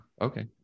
Okay